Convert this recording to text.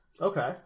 Okay